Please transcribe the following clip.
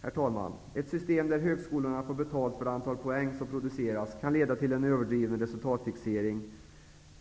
Herr talman! Ett system där högskolorna får betalt för det antal poäng som produceras kan leda till en överdriven resultatfixering.